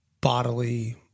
bodily